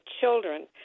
children